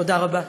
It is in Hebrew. תודה רבה.